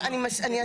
אני אסביר.